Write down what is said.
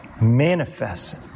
manifest